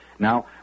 Now